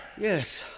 Yes